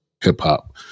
hip-hop